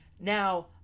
now